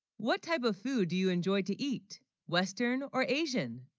what type of food do you enjoy to eat western or asian